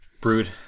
Brood